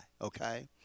okay